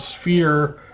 sphere